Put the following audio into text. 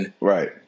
Right